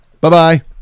Bye-bye